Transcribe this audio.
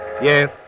Yes